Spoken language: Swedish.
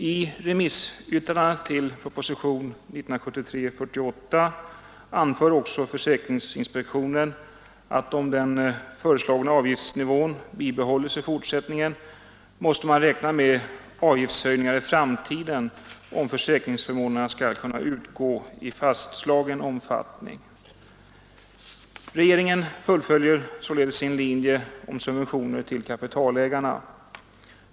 I remissyttrandena till propositionen 48 år 1973 anför också försäkringsinspektionen att man, om den föreslagna avgiftsnivån bibehålles i fortsättningen, måste räkna med avgiftshöjningar i framtiden om försäkringsförmånerna skall kunna utgå i fastslagen omfattning. Regeringen fullföljer således sin linje att ge subventioner till kapitalägarna.